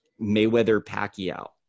Mayweather-Pacquiao